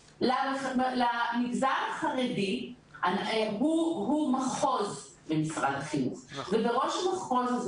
המגזר החרדי הוא מחוז במשרד החינוך ובראש המחוז הזה